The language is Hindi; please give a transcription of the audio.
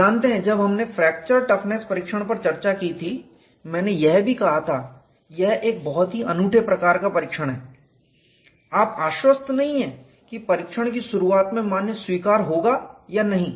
आप जानते हैं कि जब हमने फ्रैक्चर टफनेस परीक्षण पर चर्चा की थी मैंने यह भी कहा था यह एक बहुत ही अनूठे प्रकार का परीक्षण है आप आश्वस्त नहीं है कि परीक्षण की शुरुआत में मान स्वीकार्य होगा या नहीं